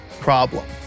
problem